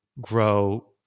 grow